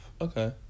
okay